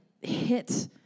hit